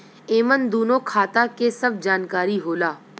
एमन दूनो खाता के सब जानकारी होला